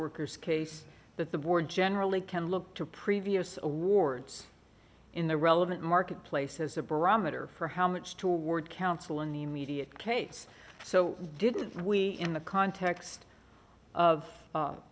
workers case that the board generally can look to previous awards in the relevant marketplace as a barometer for how much toward counsel in the immediate case so why didn't we in the context of